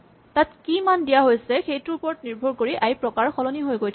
তাত কি মান দিয়া হৈছে সেইটোৰ ওপৰত নিৰ্ভৰ কৰি আই ৰ প্ৰকাৰ সলনি হৈ থাকিব